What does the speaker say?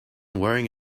wearing